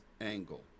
angle